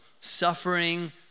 suffering